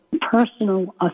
personal